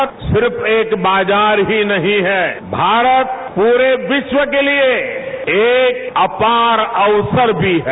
भारत सिर्फ एक बाजार ही नहीं है भारत पूरे विश्व के लिए एक अपार अवसर भी है